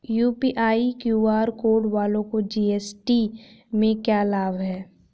UPI QR code वालों को GST में लाभ क्या है?